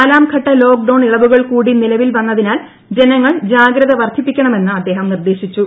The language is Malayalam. നാലാംഘട്ട ലോക്ഡൌൺ ഇളവുകൾ കൂടി നിലവിൽ വന്നതിനാൽ ജനങ്ങൾ ജാഗ്രത വർദ്ധിപ്പിക്കണമെന്ന് അദ്ദേഹം നിർദ്ദേശിച്ചു